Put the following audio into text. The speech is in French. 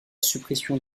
suppression